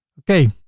okay,